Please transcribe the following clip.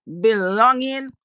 belonging